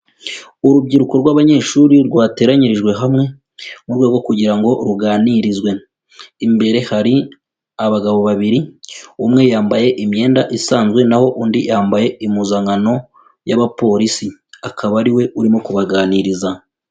Urubyiruko rw'abanyeshuri rwateranyirijwe hamwe, mu rwego rwo kugira ngo ruganirizwe, imbere hari abagabo babiri, umwe yambaye imyenda isanzwe na ho undi yambaye impuzankano y'abapolisi, akaba ari we urimo kubaganiriza.